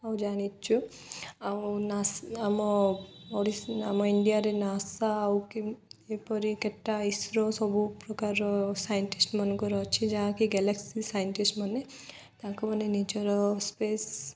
ଆଉ ଜାଣିଛୁ ଆଉ ନା ଆମ ଓଡ଼ିଶା ଆମ ଇଣ୍ଡିଆରେ ନାଶା ଆଉ କି ଏପରି କେଟା ଇସ୍ରୋ ସବୁ ପ୍ରକାରର ସାଇଣ୍ଟିଷ୍ଟ ମାନଙ୍କର ଅଛି ଯାହାକି ଗ୍ୟାଲେକ୍ସି ସାଇଣ୍ଟିଷ୍ଟ ମାନେ ତାଙ୍କୁ ମାନେ ନିଜର ସ୍ପେସ୍